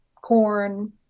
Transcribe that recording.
corn